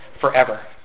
forever